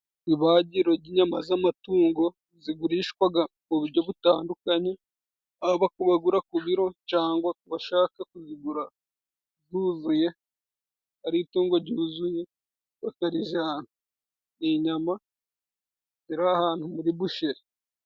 Ibagiro ry'inyama z'amatungo zigurishwaga mu buryo butandukanye: haba kubagura ku biro, cyangwa bashaka kuzigura zuzuye, ari itungo ryuzuye bakarijana. Ni inyama ziri ahantu muri busheri.